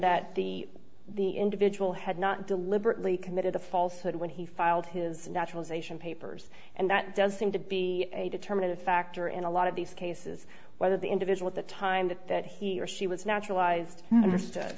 that the the individual had not deliberately committed a false hood when he filed his naturalization papers and that does seem to be a determinative factor in a lot of these cases whether the individual at the time that that he or she was naturalized understood